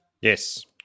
Yes